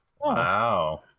Wow